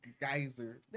geyser